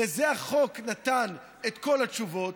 לזה החוק נתן את כל התשובות,